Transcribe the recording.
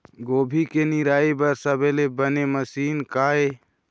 गोभी के निराई बर सबले बने मशीन का ये?